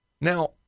Now